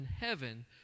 heaven